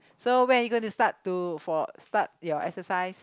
so when are you going to start to for start your exercise